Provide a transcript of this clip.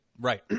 Right